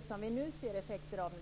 ser nu effekter av detta.